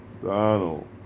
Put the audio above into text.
Donald